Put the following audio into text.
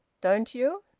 don't you?